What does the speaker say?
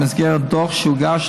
בדוח שהוגש,